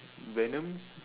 Venom